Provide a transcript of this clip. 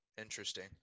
interesting